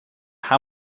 how